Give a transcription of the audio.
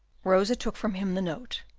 rosa took from him the note,